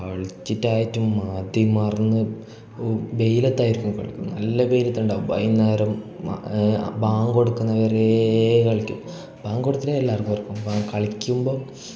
കളിച്ചിട്ടായിട്ട് മതിമറന്ന് വെയിലത്തായിരിക്കും കളിക്കുന്നത് നല്ല വെയിലത്തുണ്ടാകും വൈകുന്നേരം ബാങ്ക് എടുക്കുന്നതു വരേ കളിക്കും ബാങ്ക് ഒടുത്തിട്ട് എല്ലാവരും കയറിപ്പോകും കളിക്കുമ്പം